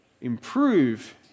improve